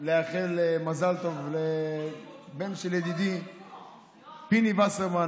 אבל הגרון עדיין עובד והכול בסדר, ברוך השם.